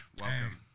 Welcome